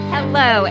Hello